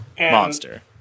monster